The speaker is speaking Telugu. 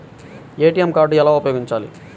ఏ.టీ.ఎం కార్డు ఎలా ఉపయోగించాలి?